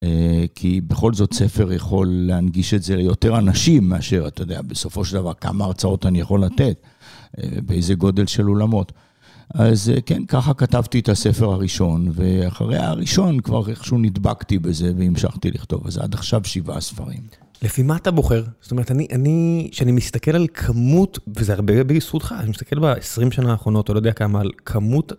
כי בכל זאת, ספר יכול להנגיש את זה ליותר אנשים מאשר, אתה יודע, בסופו של דבר כמה הרצאות אני יכול לתת, באיזה גודל של אולמות. אז כן, ככה כתבתי את הספר הראשון, ואחרי הראשון כבר איכשהו נדבקתי בזה והמשכתי לכתוב. אז עד עכשיו שבעה ספרים. לפי מה אתה בוחר? זאת אומרת, אני, שאני מסתכל על כמות, וזה הרבה בזכותך, אני מסתכל בעשרים שנה האחרונות, לא יודע כמה, על כמות...